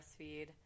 breastfeed